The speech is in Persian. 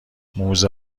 موزه